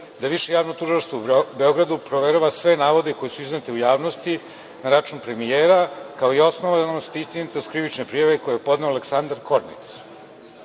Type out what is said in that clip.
da Više javno tužilaštvo u Beogradu proverava sve navode koji su izneti u javnosti na račun premijera, kao i osnovanost i istinitost krivične prijave, koju je podneo Aleksandar Kornegić.